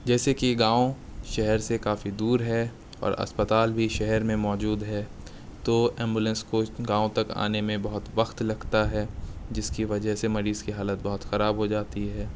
جیسے کہ گاؤں شہر سے کافی دور ہے اور اسپتال بھی شہر میں موجود ہے تو ایمبولینس کو اس گاؤں تک آنے میں بہت وقت لگتا ہے جس کی وجہ سے مریض کی حالت بہت خراب ہو جاتی ہے